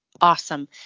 Awesome